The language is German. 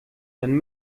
dann